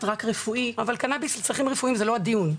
רק רפואי --- אבל קנאביס לצרכים רפואיים זה לא הדיון.